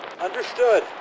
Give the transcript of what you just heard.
Understood